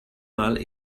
mal